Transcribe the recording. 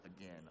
again